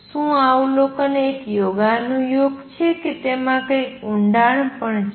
શું આ અવલોકન એક યોગાનુયોગ છે કે તેમાં કંઈક ઉંડાણ છે